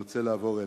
אני רוצה לעבור אליך,